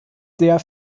sehr